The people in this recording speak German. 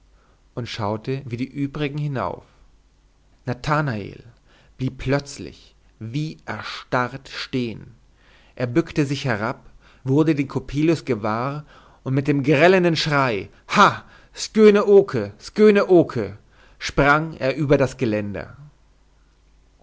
und schaute wie die übrigen hinauf nathanael blieb plötzlich wie erstarrt stehen er bückte sich herab wurde den coppelius gewahr und mit dem gellenden schrei ha sköne oke sköne oke sprang er über das geländer